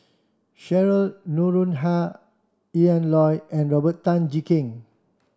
Sheryl Noronha Yan Loy and Robert Tan Jee Keng